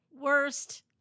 Worst